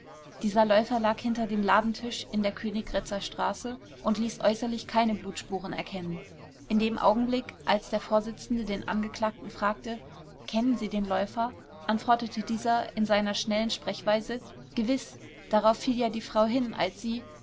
dieser läufer lag hinter dem ladentisch in der königgrätzer straße und ließ äußerlich keine blutspuren erkennen in dem augenblick als der vors den angeklagten fragte kennen sie den läufer antwortete dieser in seiner schnellen sprechweise gewiß darauf fiel ja die frau hin als sie